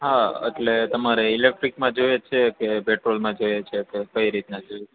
હા એટલે તમારે ઇલેક્ટ્રિકમાં જોઈએ છે કે પેટ્રોલમાં જોઈએ છે કે કઈ રીતના જોઈએ છે